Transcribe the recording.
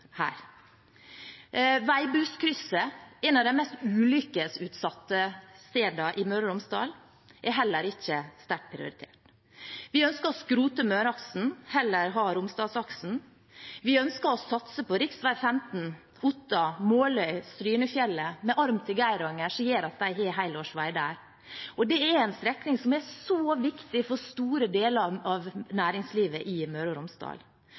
av de mest ulykkesutsatte stedene i Møre og Romsdal, er heller ikke sterkt prioritert. Vi ønsker å skrote Møreaksen og heller ha Romsdalsaksen. Vi ønsker å satse på rv. 15, Otta–Måløy–Strynefjellet, med arm til Geiranger, som gjør at det blir helårsvei der. Det er en strekning som er så viktig for store deler av næringslivet i Møre og Romsdal.